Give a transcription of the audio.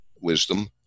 wisdom